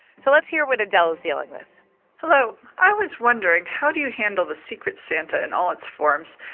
so let's hear what adele is dealing with hello. i was wondering, how do you handle the secret santa in all its forms?